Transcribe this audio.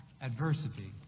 Adversity